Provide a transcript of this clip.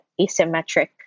asymmetric